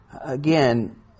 Again